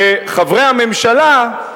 וחברי הממשלה,